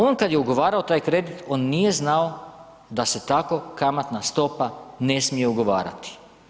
On kad je ugovarao taj kredit, on nije znao da se tako kamatna stopa ne smije ugovarati.